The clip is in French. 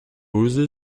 osé